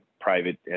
private